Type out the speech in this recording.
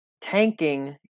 tanking